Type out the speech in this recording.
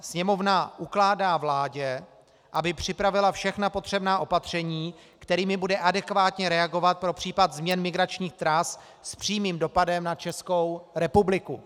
Sněmovna ukládá vládě, aby připravila všechna potřebná opatření, kterými bude adekvátně reagovat pro případ změn migračních tras s přímým dopadem na Českou republiku.